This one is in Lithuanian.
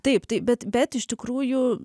taip tai bet bet iš tikrųjų